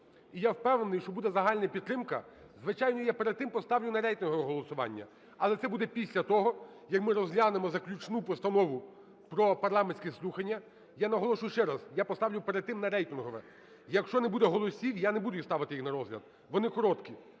І я впевнений, що буде загальна підтримка. Звичайно, я перед тим поставлю на рейтингове голосування, але це буде після того, як ми розглянемо заключну постанову про парламентські слухання. Я наголошую ще раз, я поставлю перед тим на рейтингове. Якщо не буде голосів, я не буду їх ставити на розгляд. Вони короткі.